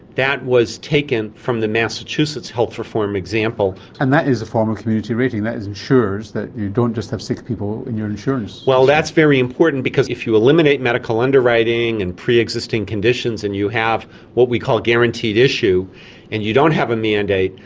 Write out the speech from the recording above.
that was taken from the massachusetts health reform example. and that is a form of community rating, that ensures that you don't just have sick people in your insurance. that's very important because if you eliminate medical underwriting and pre-existing conditions and you have what we call guaranteed issue and you don't have a mandate,